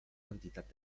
quantitat